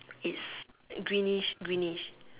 it's greenish greenish